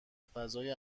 فضای